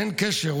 אין קשר,